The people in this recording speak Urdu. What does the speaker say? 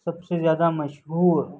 سب سے زیادہ مشہور